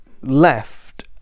left